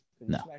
No